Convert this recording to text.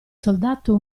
soldato